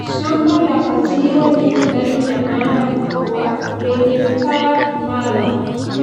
Shamba la maziwa liko ndani ya banda kubwa lenye paa imara.